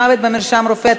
מוות במרשם רופא),